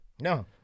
No